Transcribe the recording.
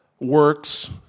works